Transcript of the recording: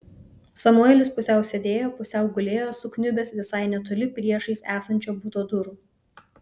samuelis pusiau sėdėjo pusiau gulėjo sukniubęs visai netoli priešais esančio buto durų